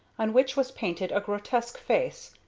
on which was painted a grotesque face,